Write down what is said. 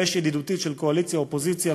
אש ידידותית של קואליציה אופוזיציה,